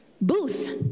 booth